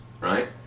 Right